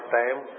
time